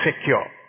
secure